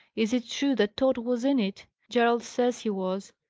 is it true that tod was in it gerald says he was.